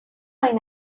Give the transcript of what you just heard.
این